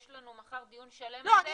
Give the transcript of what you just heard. יש לנו מחר דיון שלם על זה,